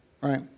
right